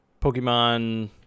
Pokemon